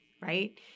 Right